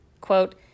Quote